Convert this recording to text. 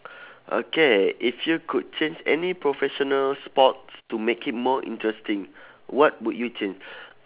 okay if you could change any professional sports to make it more interesting what would you change